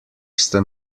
ste